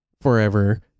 forever